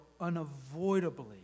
unavoidably